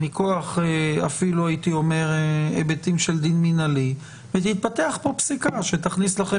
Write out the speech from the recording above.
אפילו מכוח היבטים של דין מנהלי ותתפתח פה פסיקה שתכניס לכם